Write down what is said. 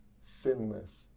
sinless